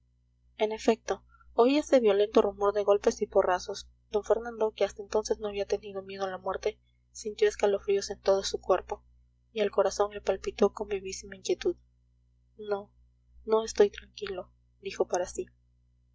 en efecto oíase violento rumor de golpes y porrazos d fernando que hasta entonces no había tenido miedo a la muerte sintió escalofríos en todo su cuerpo y el corazón le palpitó con vivísima inquietud no no estoy tranquilo dijo para sí